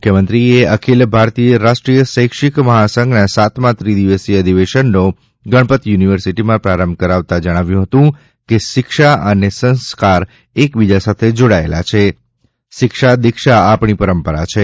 મુખ્યમંત્રીશ્રી એ અખિલ ભારતીય રાષ્ટ્રિય શૈક્ષિક મહાસંઘના સાતમા ત્રિદિવસીય અધિવેશનનો ગણપત યુનિવર્સિટીમાં પ્રારંભ કરાવતા જણાવ્યું હતું કે શિક્ષા અને સંસ્કાર એકબીજા સાથે જોડાયેલા છે શિક્ષા દિક્ષા આપણી પરંપરા છે